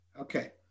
Okay